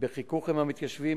בחיכוך עם המתיישבים,